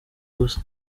gusa